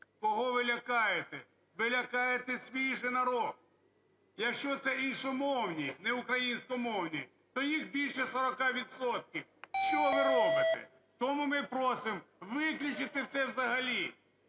Кого ви лякаєте? Ви лякаєте свій же народ. Якщо це іншомовні, не україномовні, то їх більше 40 відсотків. Що ви робите? Тому ми просимо виключити це взагалі,